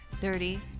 Dirty